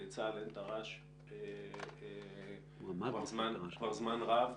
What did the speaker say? לצה"ל אין תר"ש כבר זמן רב.